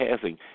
passing